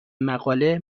مقاله